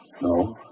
No